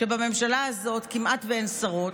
שבממשלה הזאת כמעט אין שרות,